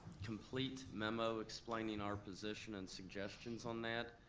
complete memo explaining our position and suggestions on that.